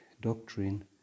doctrine